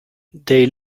they